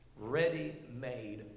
ready-made